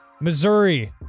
Missouri